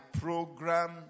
program